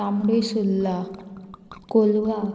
तांबडी सुर्ली कोलवा